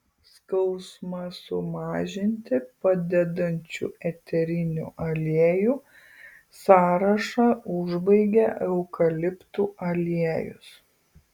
skausmą sumažinti padedančių eterinių aliejų sąrašą užbaigia eukaliptų aliejus